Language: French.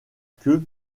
queue